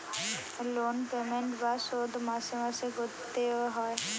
loan payment বা শোধ মাসে মাসে করতে এ হয়